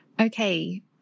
Okay